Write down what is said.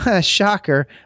shocker